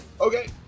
Okay